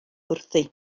wrthi